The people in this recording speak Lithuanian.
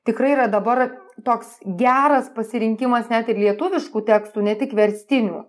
tikrai yra dabar toks geras pasirinkimas net ir lietuviškų tekstų ne tik verstinių